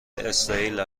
اسرائیل